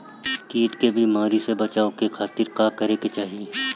कीट के बीमारी से बचाव के खातिर का करे के चाही?